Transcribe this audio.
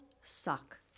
suck